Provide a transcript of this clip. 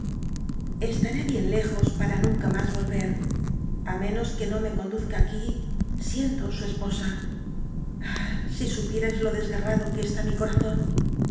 taré bien lejos para nunca mas vohcr ú menos que no me conduzca aquí i siendo su esposa ah i si supierais lo desgarrado que esl i mi corazon